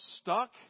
stuck